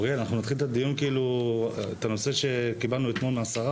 הוועדה מבקשת שהנושא של הזרמת הכספים